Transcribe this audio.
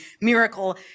miracle